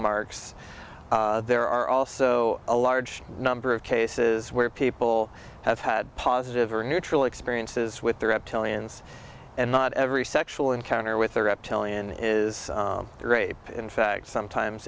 marks there are also a large number of cases where people have had positive or neutral experiences with the reptilians and not every sexual encounter with a reptilian is rape in fact sometimes